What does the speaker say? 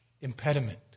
impediment